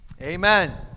Amen